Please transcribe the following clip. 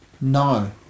No